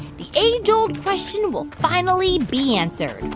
the age-old question will finally be answered.